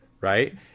Right